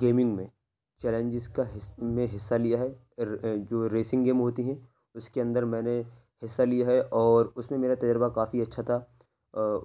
gaming میں challenges کا میں حصہ لیا ہے جو ریسنگ گیم ہوتی ہے اس کے اندر میں نے حصہ لیا ہے اور اس میں میرا تجربہ کافی اچھا تھا